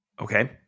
Okay